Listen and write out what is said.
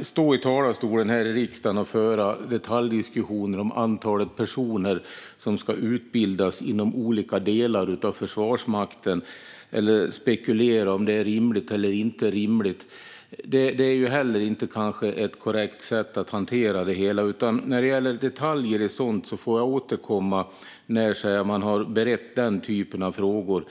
stå här i riksdagens talarstol och föra detaljdiskussioner om antalet personer som ska utbildas inom olika delar av Försvarsmakten eller spekulera om vad som är rimligt och inte rimligt är kanske inte heller ett korrekt sätt att hantera det hela. När det gäller sådana detaljer får jag återkomma när man har berett den typen av frågor.